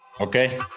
Okay